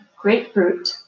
grapefruit